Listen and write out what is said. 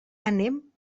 anem